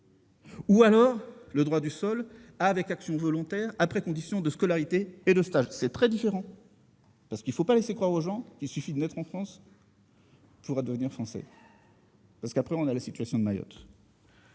ou alors le droit du sol avec action volontaire, avec conditions de scolarité et de stage. C'est très différent ! Il ne faut pas laisser croire aux gens qu'il suffit de naître en France pour devenir français ... De la sorte, on se retrouve avec la situation de Mayotte